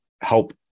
help